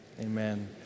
amen